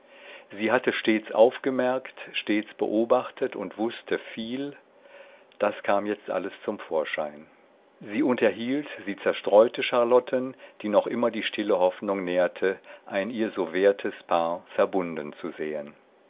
sie hatte stets aufgemerkt stets beobachtet sie wußte viel das kam jetzt alles zum vorschein sie unterhielt sie zerstreute charlotten die noch immer die stille hoffnung nährte ein ihr so wertes paar verbunden zu sehen